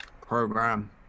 program